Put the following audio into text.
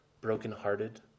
brokenhearted